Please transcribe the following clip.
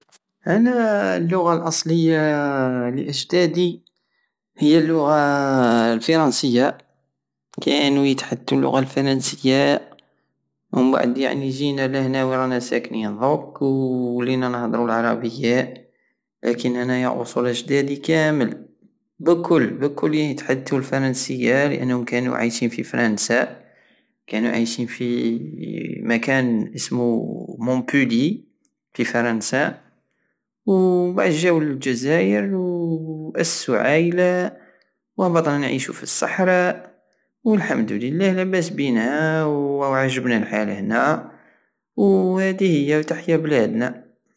انا اللغة الاصلية لاجدادي هي اللغة الفرنسية كانو يتدحدتو اللغة الفرنسية ومبعد يعني جينا لهنا وين رانا ساكنين درك وولينا نهدرو العربية لكن اناياواصول اجدادي كامل بكل بكل يتحدتو الفرنسية لانهم كانو عايشين في فرانسى كانو عايشينوفي مكان اسمو مونبوليي في فرنسى ومبعد جاو للجزائر واسسو عايلة وهبطنا نعيشو في الصحرى والحمد لله لاباس بينا وراه عاجبنا الحال هنا وهدي هي تحيا بلادنا